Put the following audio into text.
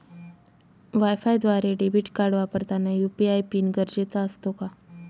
वायफायद्वारे debit card वापरताना UPI pin गरजेचा असतो का?